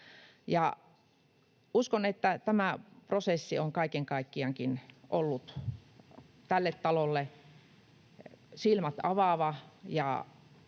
Uskon, että tämä prosessi on kaiken kaikkiaankin ollut tälle talolle silmät avaava